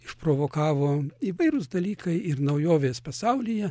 išprovokavo įvairūs dalykai ir naujovės pasaulyje